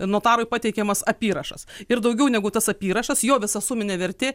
notarui pateikiamas apyrašas ir daugiau negu tas apyrašas jo visa suminė vertė